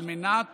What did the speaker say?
על מנת